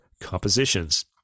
compositions